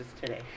today